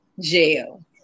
Jail